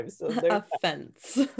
offense